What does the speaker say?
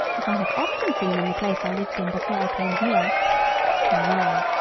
as i have often seen in the place i lived in before i came here no,